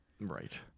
Right